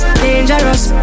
dangerous